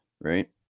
right